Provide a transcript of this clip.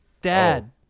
dad